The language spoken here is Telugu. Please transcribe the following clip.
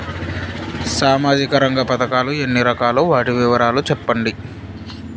సామాజిక రంగ పథకాలు ఎన్ని రకాలు? వాటి వివరాలు సెప్పండి